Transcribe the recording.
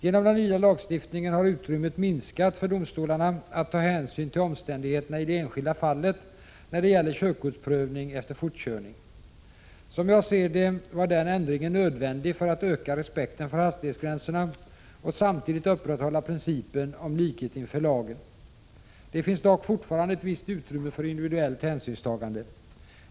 Genom den nya lagstiftningen har utrymmet minskat för domstolarna att ta hänsyn till omständigheterna i det enskilda fallet när det gäller körkortsprövning efter fortkörning. Som jag ser det var den ändringen nödvändig för att öka respekten för hastighetsgränserna och samtidigt upprätthålla principen om likhet inför lagen. Det finns dock fortfarande ett visst utrymme för individuellt hänsynstagande.